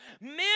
Men